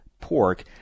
pork